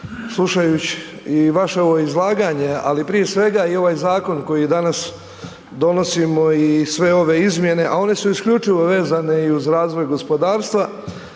Hvala vam